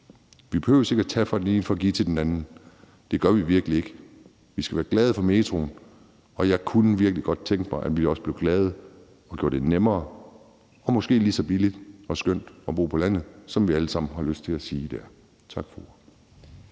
Vi behøver virkelig ikke at tage fra den ene for at give til den anden, og vi skal være glade for metroen. Men jeg kunne virkelig også godt tænke mig, at vi gjorde det nemmere og måske lige så billigt og skønt at bo på landet, som vi alle sammen har lyst til at sige at det er. Tak for